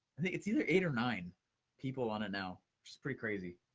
i think it's either eight or nine people on it now. which is pretty crazy.